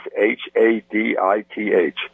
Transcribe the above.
H-A-D-I-T-H